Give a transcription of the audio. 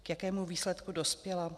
K jakému výsledku dospěla?